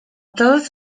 todos